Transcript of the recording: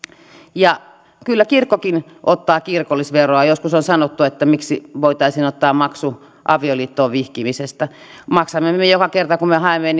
kyllä kirkkokin ottaa kirkollisveroa joskus on sanottu että miksei voitaisi ottaa maksu avioliittoon vihkimisestä maksamme me joka kerta kun haemme